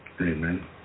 Amen